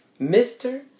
Mr